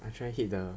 I try to hit the